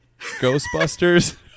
Ghostbusters